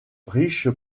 riche